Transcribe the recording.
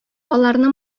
аларны